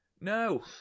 No